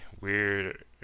weird